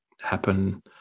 happen